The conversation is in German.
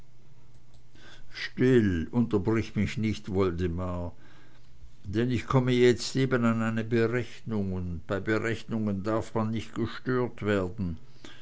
unterbrich mich nicht woldemar denn ich komme jetzt eben an eine berechnung und bei berechnungen darf man nicht gestört werden